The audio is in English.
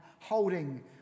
holding